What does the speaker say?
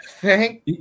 thank